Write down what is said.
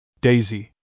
Daisy